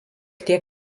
tiek